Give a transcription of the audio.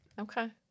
Okay